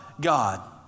God